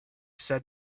said